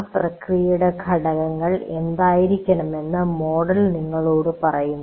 ആ പ്രക്രിയയുടെ ഘടകങ്ങൾ എന്തായിരിക്കണമെന്ന് മോഡൽ നിങ്ങളോട് പറയുന്നു